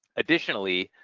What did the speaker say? additionally,